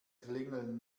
klingeln